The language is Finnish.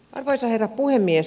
arvoisa herra puhemies